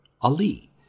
Ali